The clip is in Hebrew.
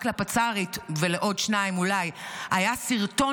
רק לפצ"רית ולעוד שניים אולי היה סרטון